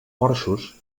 porxos